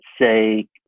say